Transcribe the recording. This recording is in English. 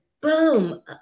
boom